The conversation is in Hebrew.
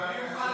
אבל אני מוכן,